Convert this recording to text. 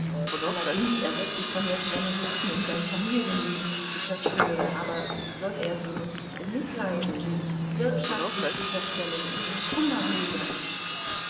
allerdings er wird sich von ihr trennen müssen um sein familienleben nicht zu zerstören aber soll er sie nicht bemitleiden sie nicht wirtschaftlich sicherstellen ihren kummer mildern